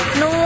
no